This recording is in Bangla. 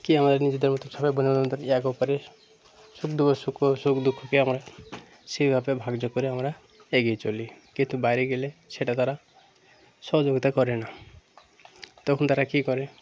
কী আমরা নিজেদের মতো সবাই বন্ধুবান্ধবদের একে অপরের সুখ দু সুখ সুখ দুঃখকে আমরা সেইভাবে ভাগযোগ করে আমরা এগিয়ে চলি কিন্তু বাইরে গেলে সেটা তারা সহযোগিতা করে না তখন তারা কী করে